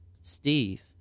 Steve